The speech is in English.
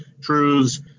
truths